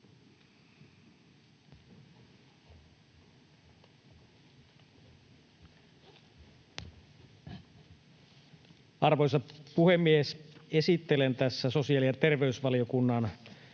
Arvoisa puhemies! Esittelen tässä sosiaali‑ ja terveysvaliokunnan